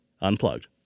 unplugged